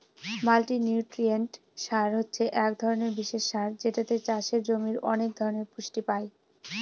multinutrient সার হছে এক ধরনের বিশেষ সার যেটাতে চাষের জমির অনেক ধরনের পুষ্টি পাই